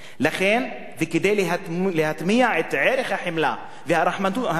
וכדי להטמיע את ערך החמלה והרחמנות,